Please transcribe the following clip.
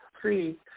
three